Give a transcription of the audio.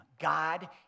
God